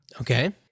Okay